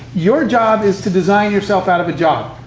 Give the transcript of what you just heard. your job is to design yourself out of a job.